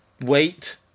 wait